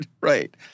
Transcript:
right